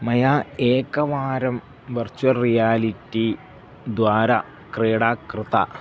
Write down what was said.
मया एकवारं virtual reality द्वारा क्रीडा कृता